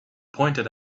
pointed